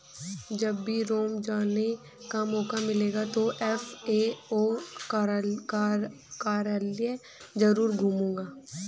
जब भी रोम जाने का मौका मिलेगा तो एफ.ए.ओ कार्यालय जरूर घूमूंगा